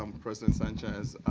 and president sanchez.